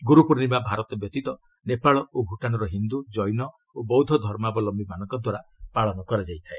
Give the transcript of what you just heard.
ଗୁରୁପୂର୍ଣ୍ଣିମା ଭାରତ ବ୍ୟତୀତ ନେପାଳ ଓ ଭୁଟାନ୍ର ହିନ୍ଦୁ କ୍ରେନ ଓ ବୌଦ୍ଧ ଧର୍ମାବଲୟିମାନଙ୍କ ଦ୍ୱାରା ପାଳନ କରାଯାଇଥାଏ